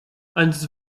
ens